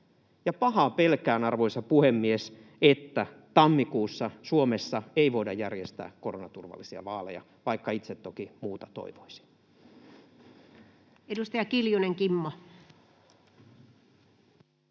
Pahaa pelkään, arvoisa puhemies, että tammikuussa Suomessa ei voida järjestää koronaturvallisia vaaleja — vaikka itse toki muuta toivoisin. [Speech 5] Speaker: